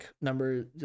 number